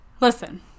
Listen